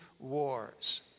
Wars